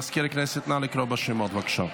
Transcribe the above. מזכיר הכנסת, נא לקרוא בשמות בבקשה.